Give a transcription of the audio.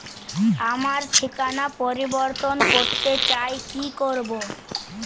আমার ঠিকানা পরিবর্তন করতে চাই কী করব?